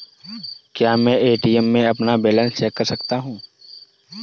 क्या मैं ए.टी.एम में अपना बैलेंस चेक कर सकता हूँ?